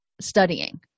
studying